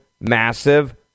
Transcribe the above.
massive